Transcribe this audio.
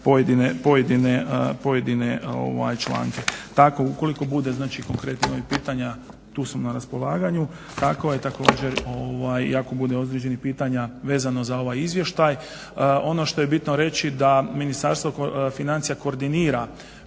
pojedine članke. Tako ukoliko bude, znači konkretno novih pitanja tu sam na raspolaganju. Dakle, također i ako bude određenih pitanja vezano za ovaj izvještaj. Ono što je bitno reći da Ministarstvo financija koordinira